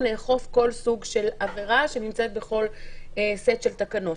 לאכוף כל סוג של עבירה שנמצאת בכל סט של תקנות.